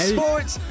Sports